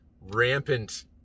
rampant